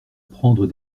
prendre